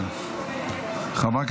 חברת